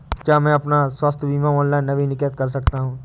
क्या मैं अपना स्वास्थ्य बीमा ऑनलाइन नवीनीकृत कर सकता हूँ?